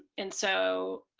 and so,